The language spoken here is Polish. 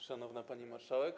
Szanowna Pani Marszałek!